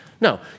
no